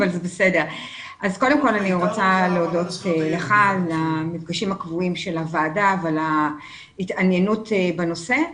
אני רוצה להודות לך על המפגשים הקבועים של הוועדה ועל ההתעניינות בנושא.